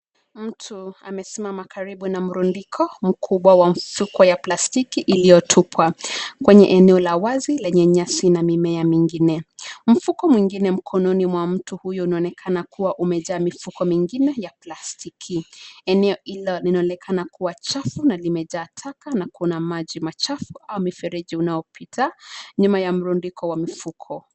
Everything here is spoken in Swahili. Mtu amesimama karibu na mrundiko mkubwa wa mfuko ya plastiki iliyotupwa, kwenye eneo la wazi lenye nyasi na mimea mingine. Mfuko mwengine mikononi mwa mtu huyu unaonekana kuwa umejaa mifuko mingine ya plastiki. Eneo hilo linaonekana kuwa chafu na limejaa taka na kuna maji machafu au mifereji unaopita nyuma ya mrundiko wa mifuko.